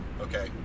Okay